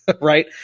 right